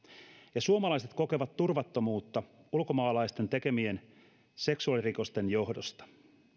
ja suomalaiset kokevat turvattomuutta ulkomaalaisten tekemien seksuaalirikosten johdosta